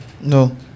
No